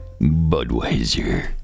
Budweiser